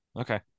Okay